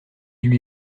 lui